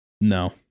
No